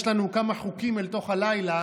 יש לנו כמה חוקים אל תוך הלילה,